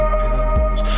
pills